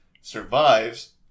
survives